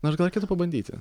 nors gal reikėtų pabandyti